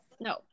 No